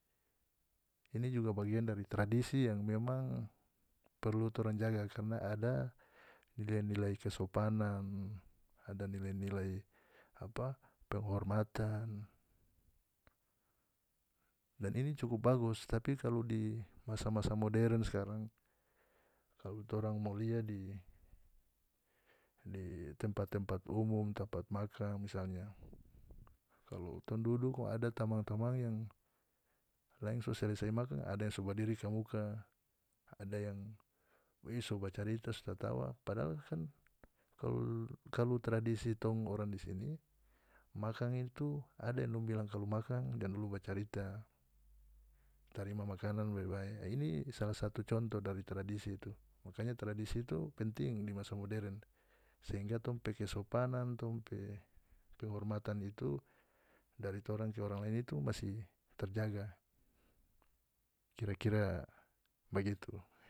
Ini juga bagian dari tradisi yang memang perlu torang jaga karna ada nilai-nilai kesopanan ada nilai-nilai apa penghormatan dan ini cukup bagus tapi kalu di masa-masa modern skarang kalu torang mo lia di di tempat-tempat umum tempat makan misalnya kalu tong duduk kalu ada tamang-tamang yang laeng so selesai makan ada yang so badiri kamuka ada yang we so bacarita so tatawa padahal kan kalu tradisi tong orang di sini makan itu ada yang dong bilang jangan dulu bacarita tarima makanan bae-bae a ini salah satu contoh dari tradisi itu makanya tradisi itu penting di masa modern sehingga tong pe kesopanan tong pe penghormatan itu dari torang ke orang lain itu masih terjaga kira-kira bagitu.